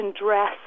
dress